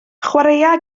chwaraea